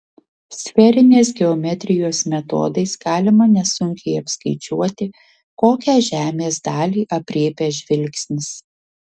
sferinės geometrijos metodais galima nesunkiai apskaičiuoti kokią žemės dalį aprėpia žvilgsnis